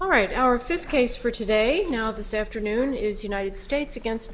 right our fifth case for today now this afternoon is united states against